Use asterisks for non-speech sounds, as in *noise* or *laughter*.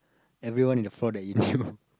everyone in the floor that you *laughs*